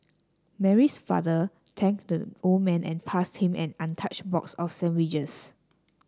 Mary's father thanked the old man and passed him an untouched box of sandwiches